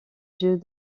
jeux